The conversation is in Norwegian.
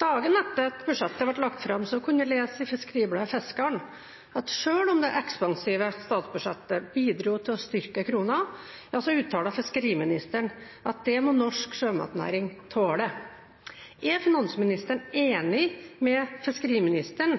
Dagen etter at budsjettet ble lagt fram, uttalte fiskeriministeren i Fiskeribladet Fiskaren at selv om det ekspansive statsbudsjettet bidro til å styrke kronen, må norsk sjømatnæring tåle det. Er finansministeren enig med fiskeriministeren